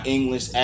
English